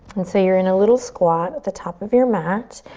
and say you're in a little squat at the top of your mat.